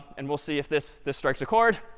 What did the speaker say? and we'll see if this this strikes a chord.